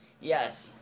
yes